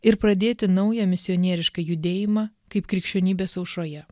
ir pradėti naują misionierišką judėjimą kaip krikščionybės aušroje